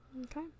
Okay